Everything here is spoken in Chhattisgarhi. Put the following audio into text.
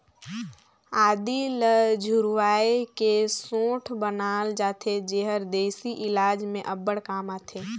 आदी ल झुरवाए के सोंठ बनाल जाथे जेहर देसी इलाज में अब्बड़ काम आथे